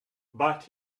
but